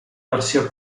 versió